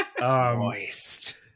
Moist